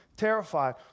terrified